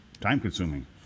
time-consuming